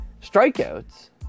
strikeouts